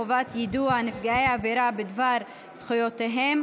חובת יידוע נפגעי עבירה בדבר זכויותיהם),